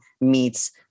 meets